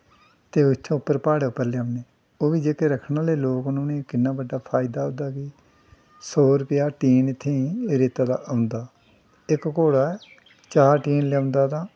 ते इत्थै उप्पर प्हाड़ें उप्पर लद्दने ओह् बी जेह्ड़े रक्खने आह्ले लोग न उ'नें गी किन्ना मता फैदा उ'नें गी सौ रपेआ टीन इत्थै रेते दा औंदा इक घोड़ा चार टीन लेआंदा तां